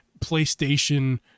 PlayStation